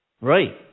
Right